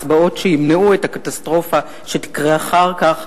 הצבעות שימנעו את הקטסטרופה שתקרה אחר כך.